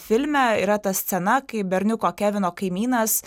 filme yra ta scena kai berniuko kevino kaimynas